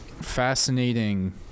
fascinating